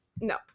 no